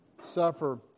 suffer